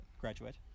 graduate